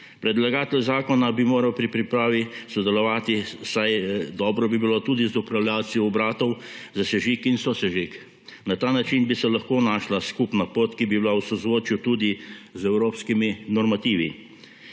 Predlagatelj zakona bi moral pri pripravi sodelovati, vsaj dobro bi bilo, tudi z upravljavci obratov za sežig in sosežig. Na ta način bi se lahko našla skupna pot, ki bi bila v sozvočju tudi z evropskimi normativi.